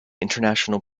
international